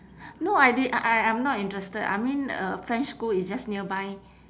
no I did I I'm not interested I mean a french school is just nearby